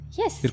yes